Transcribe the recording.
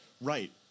right